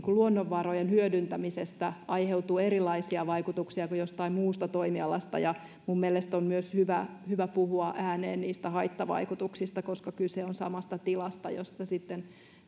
luonnonvarojen hyödyntämisestä aiheutuu erilaisia vaikutuksia kuin jostain muusta toimialasta minun mielestäni on myös hyvä hyvä puhua ääneen niistä haittavaikutuksista koska kyse on samasta tilasta jossa sitten